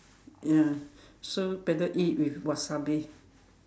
ya so better eat with wasabi